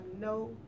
no